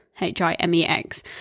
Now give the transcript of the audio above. H-I-M-E-X